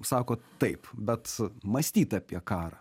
sakot taip bet mąstyt apie karą